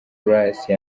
grace